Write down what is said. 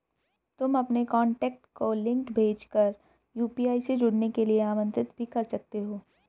तुम अपने कॉन्टैक्ट को लिंक भेज कर यू.पी.आई से जुड़ने के लिए आमंत्रित भी कर सकते हो